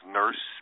nurse